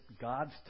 God's